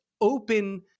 open